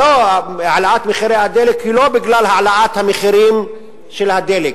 והעלאת מחירי הדלק היא לא בגלל העלאת המחירים של הדלק.